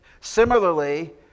Similarly